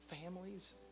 families